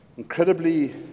incredibly